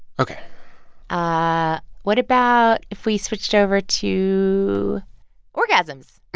ok ah what about if we switched over to orgasms?